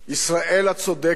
ישראל הצודקת,